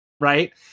right